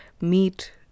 meet